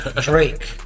Drake